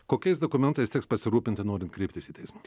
kokiais dokumentais teks pasirūpinti norint kreiptis į teismą